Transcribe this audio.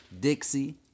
Dixie